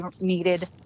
needed